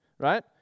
right